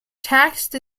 taxed